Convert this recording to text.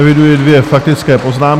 Děkuji vám.